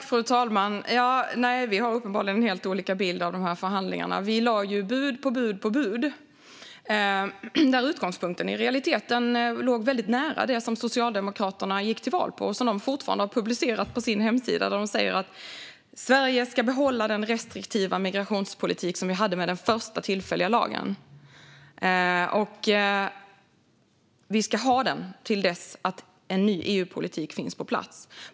Fru talman! Rikard Larsson och jag har uppenbarligen helt olika bild av dessa förhandlingar. Vi lade ju bud på bud, och utgångspunkten låg i realiteten väldigt nära det som Socialdemokraterna gick till val på och som fortfarande finns publicerat på deras hemsida. De säger att Sverige ska behålla den restriktiva migrationspolitik som landet hade med den första tillfälliga lagen och att Sverige ska ha den fram till att en ny EU-politik finns på plats.